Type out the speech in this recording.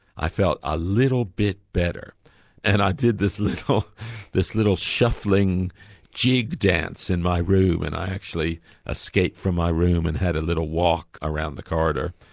i felt a little bit better and i did this little this little shuffling jig dance in my room and i actually escaped from my room and had a little walk around the corridor,